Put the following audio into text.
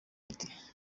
ati